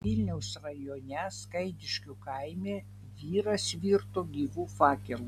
vilniaus rajone skaidiškių kaime vyras virto gyvu fakelu